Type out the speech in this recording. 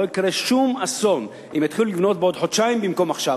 לא יקרה שום אסון אם יתחילו לבנות בעוד חודשיים במקום עכשיו.